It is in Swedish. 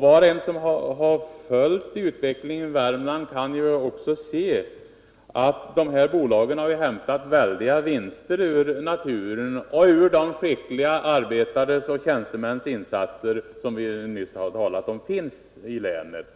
Var och en som har följt utvecklingen i Värmland kan också se att de här bolagen har hämtat väldiga vinster ur naturen och ur insatserna av de skickliga arbetare och tjänstemän som — det har vi nyss talat om — finns i länet.